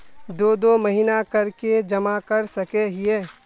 दो दो महीना कर के जमा कर सके हिये?